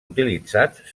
utilitzats